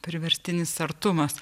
priverstinis artumas